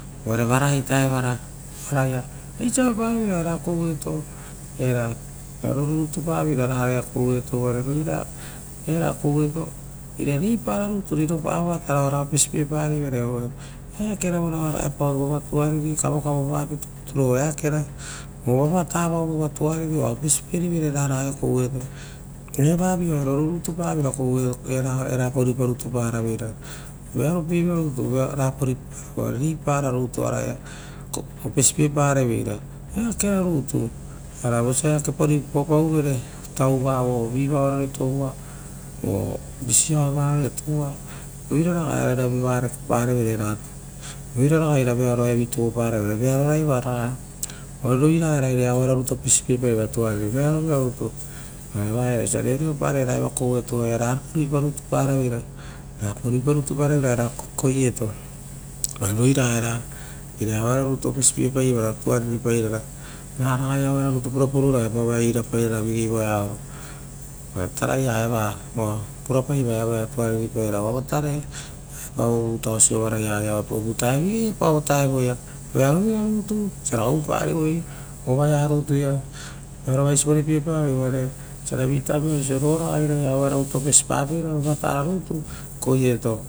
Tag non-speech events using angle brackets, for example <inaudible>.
Uvare vara ita evara osia avaparo veiro era koueto, era oaia roru rutu pavera raia koueto. Era koueto era reipara rutu riropara vavatara oara opesipie pareveira ra oara epao vova tuariri kavoka vo pa pitupituro oo eakera vavata vao vova tuariri oa opesi pere era ia era koueto. Evavi oaia rorurutupaveira erapa ruipari tupaoro vearo pievira rutu rerapa riupa, reipara rutu oaraia opesi piepa reveira, varakeara rutu <noise> earaga vosa eakepa ruipauve tauva vo viva roia toua oo visi aoo varoia toua roira raga era ira vearoa ia vi, tovoparevere, ora roira era iraia. Auero rutu opesipiepaiveira tuariri vearovira rutu, eva iava osia reoreopa rai eva iava koueto rapa ruipa rutu paraveira era koueto, uvare roira era ira ia aue rorutu opesipie paiveira tuariri paira ra aue ro rutu purapaoro voeari erapai rara voari vigei iava, oa tara ia eva oa pura pai vora evoia tuari pai ra ra uva evo taraepao vo vutao soparoia, oa ia vigei epao vo vutao ia vearo vira rutu osia ra uvuparivoi. Ovaea rutu ia, vearoraisi vorepie pavoi opesi pie paiveira koueto.